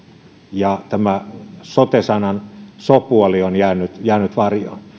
ja tämä sote sanan so puoli on jäänyt jäänyt varjoon